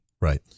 Right